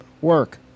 work